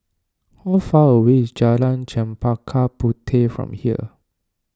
how far away is Jalan Chempaka Puteh from here